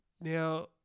Now